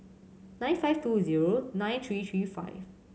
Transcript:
nine five two zero nine three three five